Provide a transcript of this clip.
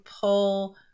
pull